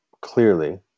clearly